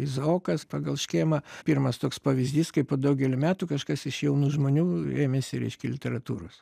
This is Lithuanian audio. izaokas pagal škėmą pirmas toks pavyzdys kai po daugelio metų kažkas iš jaunų žmonių ėmėsi reiškia literatūros